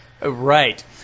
Right